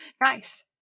Nice